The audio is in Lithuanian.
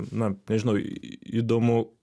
na nežinau įdomu